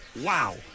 wow